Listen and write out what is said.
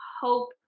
hope